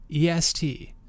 EST